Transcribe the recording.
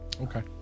okay